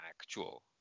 actual